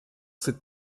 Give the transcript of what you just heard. cette